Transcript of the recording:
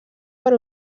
per